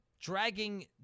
dragging